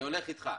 אני הולך אותך.